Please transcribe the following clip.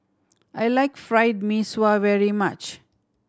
I like Fried Mee Sua very much